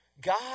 God